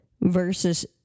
versus